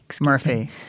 Murphy